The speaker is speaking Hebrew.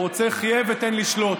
הוא רוצה "חיה ותן לשלוט".